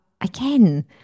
again